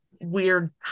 weird